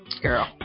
girl